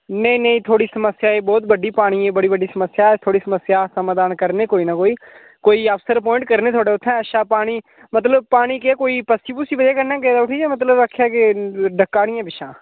नेईं नेईं थोह्ड़ी समस्या ऐ बहुत बड्डी पानी दी बहुत बड़ी समस्या ऐ थुआढ़ी समस्या दा समाधान करने कोई न कोई कोई अफसर अपॉइंट करने थुआढ़े उत्थें कोई अच्छा पानी मतलब पानी केह् कोई पस्सी पुस्सी बजह् कन्नै गै उठी जां मतलब आखेआ कोई डक्का नेईं ऐ पिच्छा